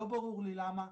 לא ברור לי למה.